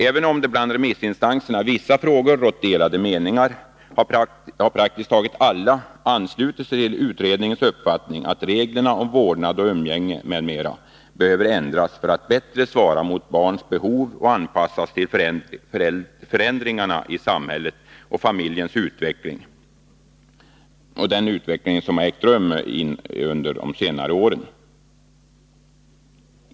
Även om det bland remissinstanserna i vissa frågor rått delade meningar, har praktiskt taget alla anslutit sig till utredningens uppfattning att reglerna om vårdnad och umgänge m.m. behöver ändras för att bättre svara mot barns behov och anpassas till de förändringar i samhället och familjens utveckling som ägt rum under senare år.